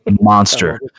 Monster